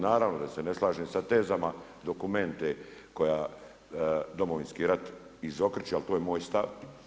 Naravno da se ne slažem sa tezama Dokumente koja Domovinski rat izokreće ali to je moj stav.